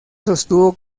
sostuvo